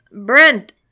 Brent